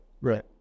right